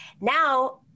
now